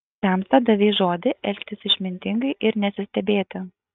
tamsta davei žodį elgtis išmintingai ir nesistebėti